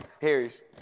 Harry's